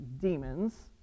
demons